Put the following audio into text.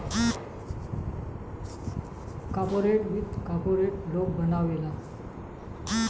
corporate वित्त corporate लोग बनावेला